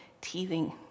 teething